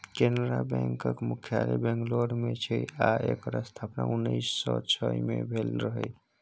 कैनरा बैकक मुख्यालय बंगलौर मे छै आ एकर स्थापना उन्नैस सँ छइ मे भेल रहय